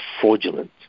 fraudulent